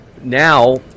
now